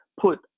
put